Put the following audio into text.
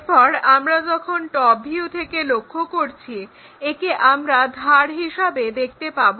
এরপর আমরা যখন টপ ভিউ থেকে লক্ষ্য করছি একে আমরা ধার হিসেবে দেখতে পাবো